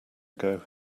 ago